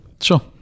Sure